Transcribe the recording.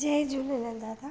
जय झूलेलाल दादा